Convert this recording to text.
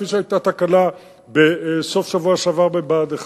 כפי שהיתה תקלה בסוף השבוע שעבר בבה"ד 1,